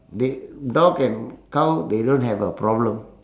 they dog and cow they don't have a problem